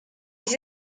les